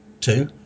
two